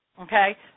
Okay